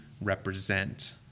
represent